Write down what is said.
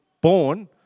born